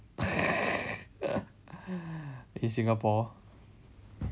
in Singapore